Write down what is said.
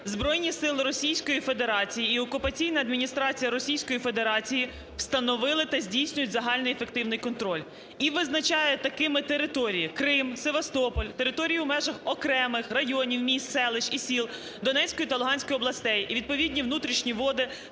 збройні сили Російської Федерації і окупаційна адміністрація Російської Федерації встановили та здійснюють загальний ефективний контроль, і визначає такими території: Крим, Севастополь, територію в межах окремих районів міст, селищ і сіл Донецької та Луганської областей і відповідні внутрішні води,